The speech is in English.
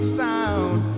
sound